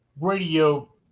radio